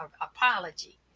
apology